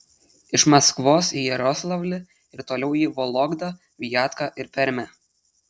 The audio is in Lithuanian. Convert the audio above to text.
iš maskvos į jaroslavlį ir toliau į vologdą viatką ir permę